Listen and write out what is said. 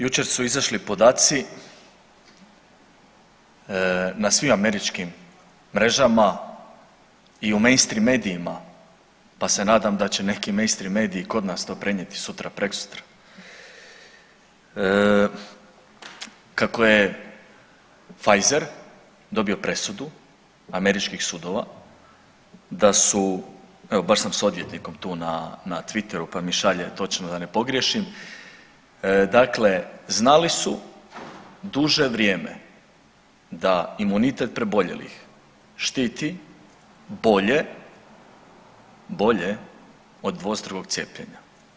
Jučer su izašli podaci na svim američkim mrežama i mainstream medijima pa se nadam da će neki mainstream mediji i kod nas to prenijeti sutra, preksutra kako je Pfizer dobio presudu američkih sudova da su, evo baš sam s odvjetnikom tu na Twitteru pa mi šalje točno da ne pogriješim, dakle znali su duže vrijeme da imunitet preboljelih štiti bolje, bolje od dvostrukog cijepljenja.